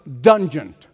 dungeon